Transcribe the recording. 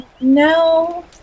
No